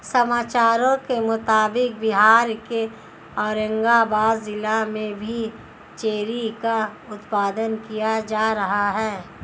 समाचारों के मुताबिक बिहार के औरंगाबाद जिला में भी चेरी का उत्पादन किया जा रहा है